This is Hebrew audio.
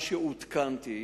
מה שעודכנתי,